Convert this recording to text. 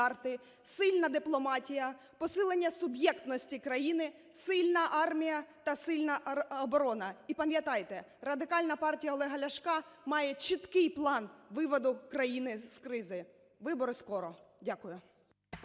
сильна дипломатія, посилення суб'єктності країни, сильна армія та сильна оборона. І пам'ятайте: Радикальна партія Олега Ляшка має чіткий план виводу країни з кризи. Вибори скоро. Дякую.